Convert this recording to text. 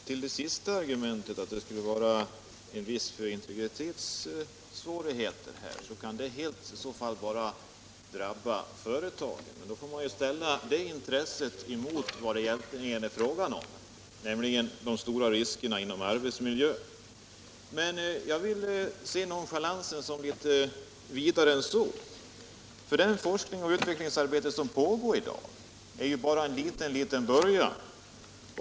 Herr talman! Vad gäller det sista argumentet — att det skulle finnas risker i fråga om integritetsskyddet — så kan sådana risker bara drabba företagen. Deras intressen i det sammanhanget får man då ställa emot vad det här egentligen är fråga om, nämligen de stora riskerna inom arbetsmiljöområdet. Men jag vill se nonchalansen i utskottets skrivning litet vidare än så. Det forskningsoch utvecklingsarbete som pågår i dag utgör ju bara en ytterst liten början.